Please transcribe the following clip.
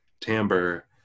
timbre